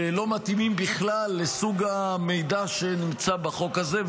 שלא מתאימים בכלל לסוג המידע שנמצא בחוק הזה.